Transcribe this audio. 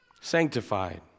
sanctified